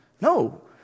No